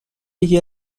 یکی